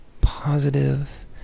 positive